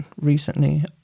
recently